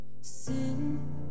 sin